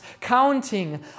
counting